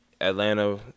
Atlanta